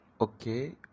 Okay